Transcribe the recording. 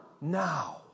now